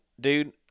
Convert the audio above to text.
dude